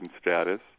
status